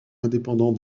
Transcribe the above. indépendant